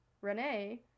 Renee